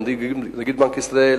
לנגיד בנק ישראל,